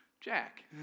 Jack